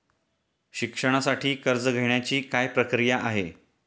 शिक्षणासाठी कर्ज घेण्याची काय प्रक्रिया आहे?